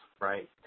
right